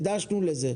הקדשנו לזה.